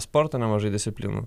sporto nemažai disciplinų